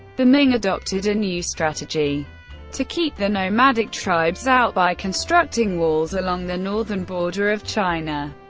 the ming adopted a new strategy to keep the nomadic tribes out by constructing walls along the northern border of china.